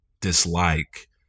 dislike